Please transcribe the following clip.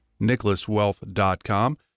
NicholasWealth.com